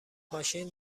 ماشین